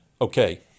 Okay